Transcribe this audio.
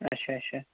اَچھا اَچھا